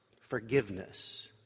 forgiveness